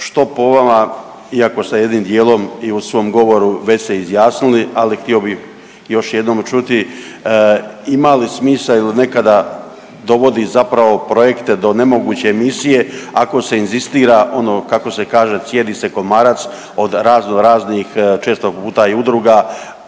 Što po vama, iako ste jednim dijelom i u svom govoru već se izjasnili, ali htio bi još jednom čuti ima li smisla jel nekada dovodi zapravo projekte do nemoguće misije, ako se inzistira ono kako se kaže cijedi se komarac od razno raznih često puta i udruga